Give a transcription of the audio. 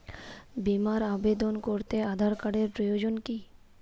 বিমার আবেদন করতে আধার কার্ডের প্রয়োজন কি?